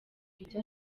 ibyo